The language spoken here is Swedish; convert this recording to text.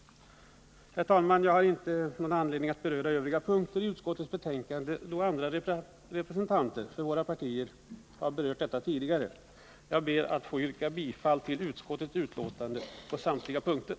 Herr talman! Jag har inte någon anledning att beröra övriga punkter i utskottets betänkande, då andra representanter från regeringspartierna tidigare berört dessa. Jag ber att få yrka bifall till utskottets betänkande i samtliga moment.